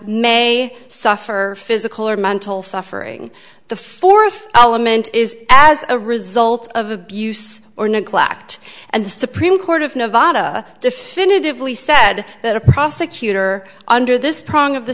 may suffer physical or mental suffering the fourth element is as a result of abuse or neglect and the supreme court of nevada definitively said that a prosecutor under this prodding of the